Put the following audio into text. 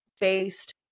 based